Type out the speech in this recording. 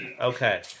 Okay